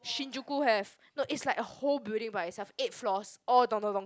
Shinjuku have no it's like a whole building by itself eight floors all Don-Don-Donki